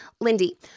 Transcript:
Lindy